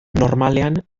normalean